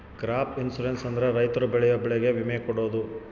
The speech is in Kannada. ಕ್ರಾಪ್ ಇನ್ಸೂರೆನ್ಸ್ ಅಂದ್ರೆ ರೈತರು ಬೆಳೆಯೋ ಬೆಳೆಗೆ ವಿಮೆ ಕೊಡೋದು